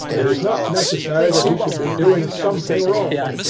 it is not necessary that he should be doing something wrong.